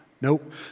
Nope